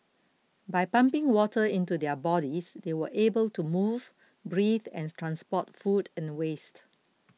by pumping water into their bodies they will able to move breathe and transport food and waste